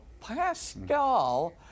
Pascal